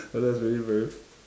ya that's really very